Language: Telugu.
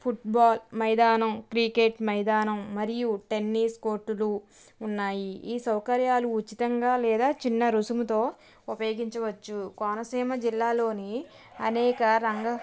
ఫుట్బాల్ మైదానం క్రికెట్ మైదానం మరియు టేన్నిస్ కోర్టులు ఉన్నాయి ఈ సౌకర్యాలు ఉచితంగా లేదా చిన్న రుసుముతో ఉపయోగించవచ్చు కోనసీమ జిల్లాలోని అనేక రంగ